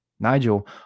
Nigel